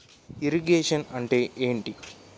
Irrigation అంటే ఏంటీ?